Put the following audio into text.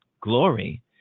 Glory